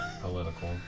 Political